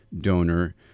donor